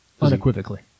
Unequivocally